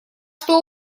что